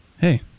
Hey